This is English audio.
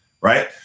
Right